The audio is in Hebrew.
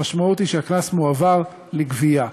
המשמעות היא שהקנס מועבר לגבייה.